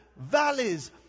valleys